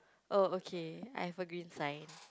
oh okay I have a green sign